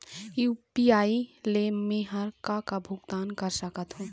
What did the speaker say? UPI ले मे हर का का भुगतान कर सकत हो?